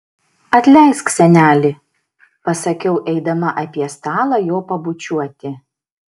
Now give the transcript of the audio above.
atleisk seneli pasakiau eidama apie stalą jo pabučiuoti